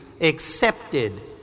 accepted